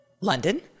London